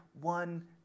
one